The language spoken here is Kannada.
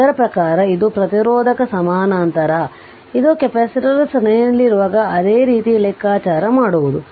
ಅದರ್ ಪ್ರಕಾರ ಇದು ಪ್ರತಿರೋಧಕ ಸಮಾನಾಂತರಇದು ಕೆಪಾಸಿಟರ್ ಸರಣಿಯಲ್ಲಿರುವಾಗ ಅದೇ ರೀತಿಯಲ್ಲಿ ಲೆಕ್ಕಾಚಾರ ಮಾಡುವುದು